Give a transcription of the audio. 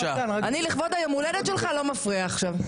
לכבוד היום-הולדת שלך אני לא מפריעה עכשיו.